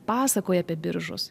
pasakoja apie biržus